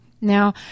now